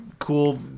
Cool